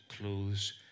clothes